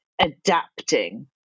adapting